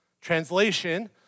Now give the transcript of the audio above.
Translation